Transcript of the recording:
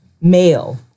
male